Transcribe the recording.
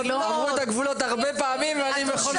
עברו את הגבולות הרבה פעמים ואני בכל